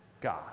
God